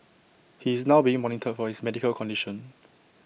he is now being monitored for his medical condition